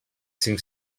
cinc